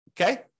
okay